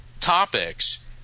topics